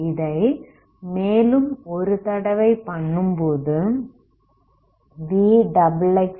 இதை மேலும் ஒரு தடவை பண்ணும்போது vxxxta